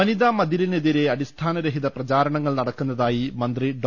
വനിതാമതിലിനെതിരെ അടിസ്ഥാന രഹിത പ്രചാരണങ്ങൾ നടക്കു ന്നതായി മന്ത്രി ഡോ